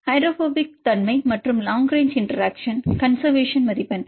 ஹைட்ரோபோபிக்தன்மை மற்றும் long range interaction மாணவர்கன்செர்வேசன் மதிப்பெண்